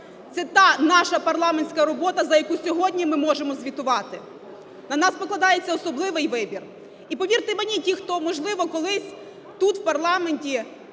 Це та наша парламентська робота, за яку сьогодні ми можемо звітувати. На нас покладається особливий вибір і, повірте мені, ті, хто, можливо, колись тут в парламенті